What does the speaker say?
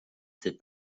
did